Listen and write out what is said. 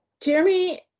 Jeremy